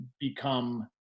become